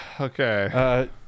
Okay